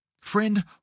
Friend